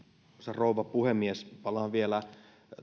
rouva puhemies palaan vielä